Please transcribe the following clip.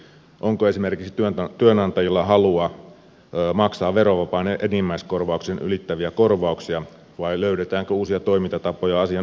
onko esimerkiksi työnantajilla halua maksaa verovapaan enimmäiskorvauksen ylittäviä korvauksia vai löydetäänkö uusia toimintatapoja asian ohittamiseksi